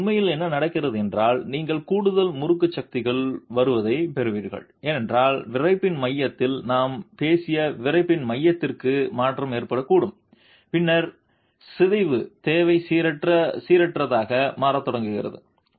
எனவே உண்மையில் என்ன நடக்கிறது என்றால் நீங்கள் கூடுதல் முறுக்கு சக்திகள் வருவதைப் பெறுவீர்கள் ஏனென்றால் விறைப்பின் மையத்தில் நாம் பேசிய விறைப்பின் மையத்திற்கு மாற்றம் ஏற்படக்கூடும் பின்னர் சிதைவு தேவை சீரற்றதாக மாறத் தொடங்குகிறது